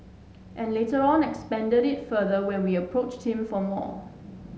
and later on expanded it further when we will approached him for more